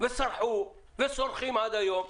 והם סרחו וסורחים עד היום,